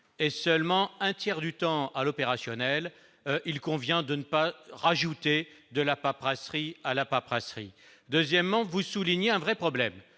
et seulement un tiers du temps à l'opérationnel, il convient de ne pas rajouter de la paperasserie à la paperasserie, deuxièmement vous soulignez un vrai problème,